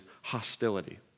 hostility